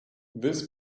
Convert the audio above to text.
this